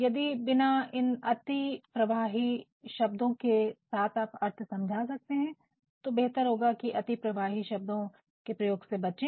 यदि बिना इन अतिप्रवाही शब्दों के आप अर्थ समझा सकते है तो बेहतर होगा की अतिप्रवाही शब्दों के प्रयोग से बचे